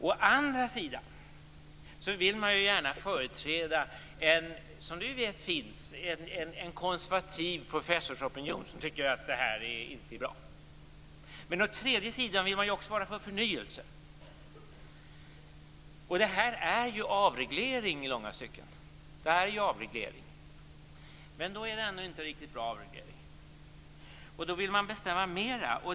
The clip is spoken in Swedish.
Å andra sidan vill man gärna företräda en konservativ professorsopinion - vi vet att en sådan finns - som tycker att det här inte är bra. Å tredje sidan vill man ju också vara för förnyelse. Det här är ju avreglering i långa stycken, men det är ändå inte riktigt bra avreglering. Då vill man bestämma mera.